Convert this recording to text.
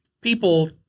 people